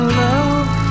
love